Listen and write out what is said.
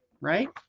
right